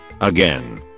Again